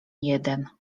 jeden